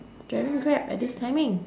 driving grab at this timing